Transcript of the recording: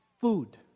food